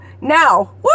Now